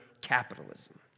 capitalism